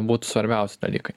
būtų svarbiausi dalykai